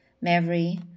memory